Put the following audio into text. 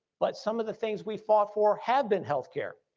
but some of the things we fought for have been healthcare.